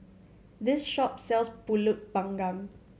this shop sells Pulut Panggang